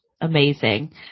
amazing